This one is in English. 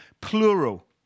plural